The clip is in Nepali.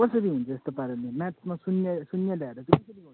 कसरी हुन्छ यस्तो पाराले म्याथमा शून्य शून्य ल्याएर चाहिँ कसरी हुन्छ